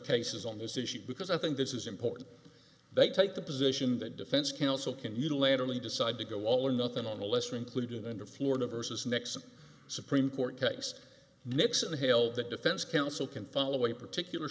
cases on this issue because i think this is important they take the position that defense council can unilaterally decide to go all or nothing on a lesser included under florida versus nixon supreme court case nixon hailed that defense counsel can follow a particular